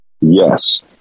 Yes